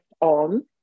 on